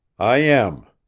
i am.